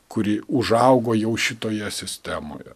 kuri užaugo jau šitoje sistemoje